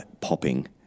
popping